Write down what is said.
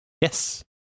Yes